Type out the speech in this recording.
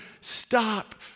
stop